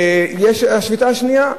יש השביתה השנייה,